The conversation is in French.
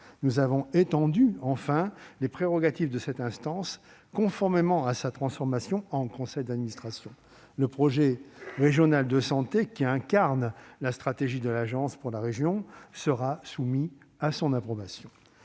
Nous avons étendu, enfin, les prérogatives de cette instance conformément à sa transformation en conseil d'administration : le projet régional de santé, qui incarne la stratégie de l'agence pour la région, sera soumis à son approbation.